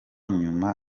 nyuma